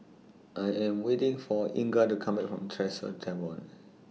I Am waiting For Inga to Come Back from Tresor Tavern